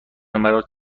مرا